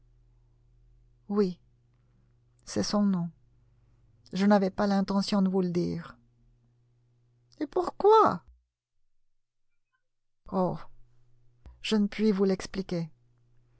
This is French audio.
oui c'est son nom je n'avais pas l'intention de vous le dire et pourquoi oh je ne puis vous expliquer